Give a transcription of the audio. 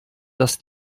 dass